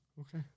Okay